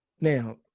Now